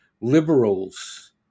liberals